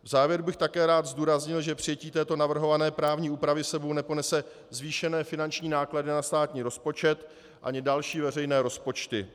V závěru bych také rád zdůraznil, že přijetí této navrhované právní úpravy s sebou neponese zvýšené finanční náklady na státní rozpočet ani další veřejné rozpočty.